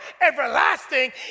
everlasting